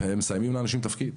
ומסיימים לאנשים תפקיד,